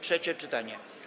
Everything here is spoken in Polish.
Trzecie czytanie.